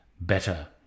better